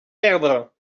erdre